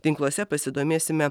tinkluose pasidomėsime